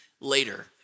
later